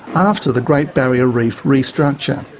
after the great barrier reef restructure.